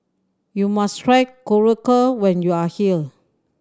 you must try Korokke when you are here